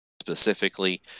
specifically